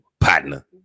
partner